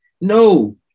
No